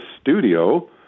studio